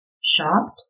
shopped